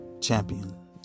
Champion